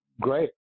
great